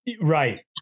Right